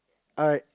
alright